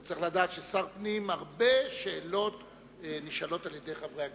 הוא צריך לדעת שהרבה שאלות נשאלות לשר הפנים על-ידי חברי הכנסת.